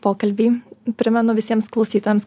pokalbį primenu visiems klausytojams